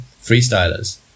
freestylers